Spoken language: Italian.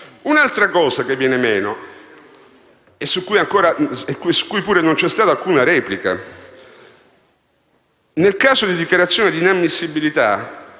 un'altra cosa che viene meno, su cui pure non vi è stata alcuna replica. Nel caso di dichiarazione di inammissibilità,